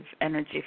energy